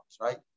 right